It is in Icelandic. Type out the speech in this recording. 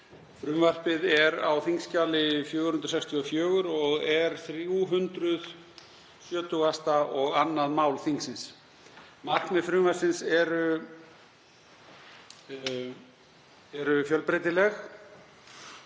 Frumvarpið er á þskj. 464 og er 372. mál þingsins. Markmið frumvarpsins eru fjölbreytileg